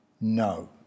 No